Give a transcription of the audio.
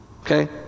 Okay